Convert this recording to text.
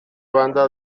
banda